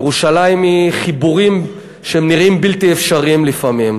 ירושלים היא חיבורים שנראים בלתי אפשריים לפעמים.